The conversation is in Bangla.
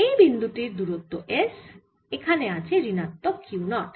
এই বিন্দু টির দূরত্ব S এখানে আছে ঋণাত্মক Q 0